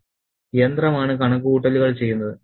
"യന്ത്രമാണ് കണക്കുകൂട്ടലുകൾ ചെയ്യുന്നത്"